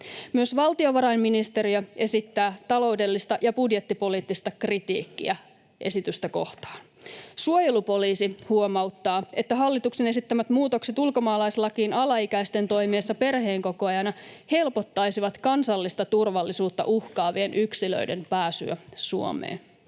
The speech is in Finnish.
Myös valtiovarainministeriö esittää taloudellista ja budjettipoliittista kritiikkiä esitystä kohtaan. Suojelupoliisi huomauttaa, että hallituksen esittämät muutokset ulkomaalaislakiin alaikäisen toimiessa perheenkokoajana helpottaisivat kansallista turvallisuutta uhkaavien yksilöiden pääsyä Suomeen.